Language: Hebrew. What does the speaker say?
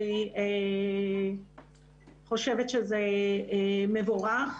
אני חושבת שזה מבורך.